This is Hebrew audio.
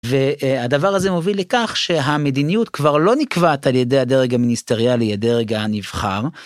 ו- א- הדבר הזה מוביל לכך שהמדיניות כבר לא נקבעת על ידי הדרג המיניסטריאלי הדרג הנבחר.